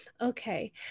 Okay